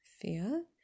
fear